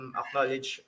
acknowledge